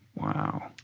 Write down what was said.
wow.